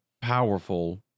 powerful